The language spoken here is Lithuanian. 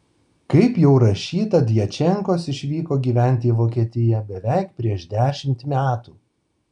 kaip jau rašyta djačenkos išvyko gyventi į vokietiją beveik prieš dešimt metų